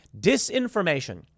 Disinformation